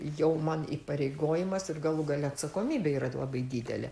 jau man įpareigojimas ir galų gale atsakomybė yra labai didelė